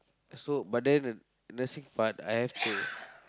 so but then nursing part I have to